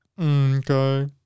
Okay